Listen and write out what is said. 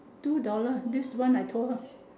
two dollar this one I told her